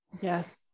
Yes